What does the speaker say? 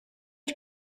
had